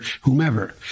whomever